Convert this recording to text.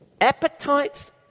Appetites